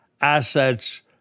assets